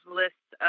lists